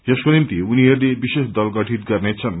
यसको निम्ति उनीहरूले विशेष दल गठित गर्नेदन्